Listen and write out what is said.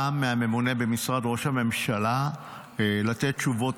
מהממונה במשרד ראש הממשלה לתת תשובות,